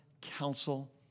counsel